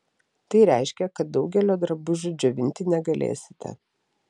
tai reiškia kad daugelio drabužių džiovinti negalėsite